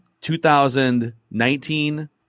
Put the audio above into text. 2019